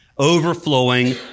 overflowing